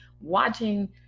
watching